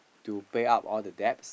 to pay up all the debts